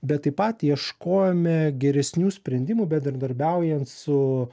bet taip pat ieškojome geresnių sprendimų bendradarbiaujant su